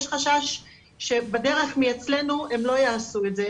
יש חשש שבדרך מאצלנו הם לא יעשו את זה,